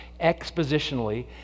expositionally